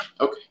Okay